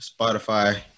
Spotify